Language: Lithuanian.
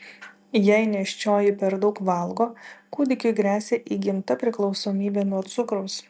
jei nėščioji per daug valgo kūdikiui gresia įgimta priklausomybė nuo cukraus